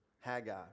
Haggai